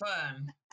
fun